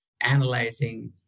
analyzing